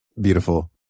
Beautiful